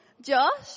Josh